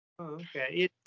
Okay